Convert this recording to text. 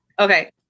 Okay